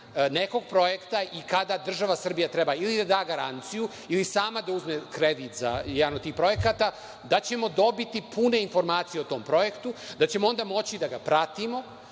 nekog projekta i kada država Srbija ili treba da da garanciju ili sama da uzme kredit za jedan od tog projekata, da ćemo dobiti pune informacije o tom projektu, da ćemo dobiti